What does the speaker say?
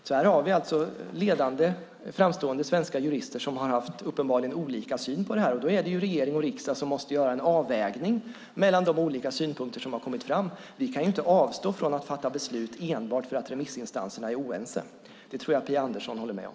Vi har alltså ledande och framstående svenska jurister som uppenbarligen har haft olika syn på detta, och då är det regering och riksdag som måste göra en avvägning mellan de olika synpunkter som har kommit fram. Vi kan inte avstå från att fatta beslut enbart för att remissinstanserna är oense. Det tror jag att Phia Andersson håller med om.